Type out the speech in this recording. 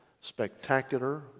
spectacular